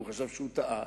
הוא חשב שהוא טעה